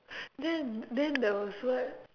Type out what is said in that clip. then then there was what